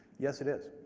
yes it is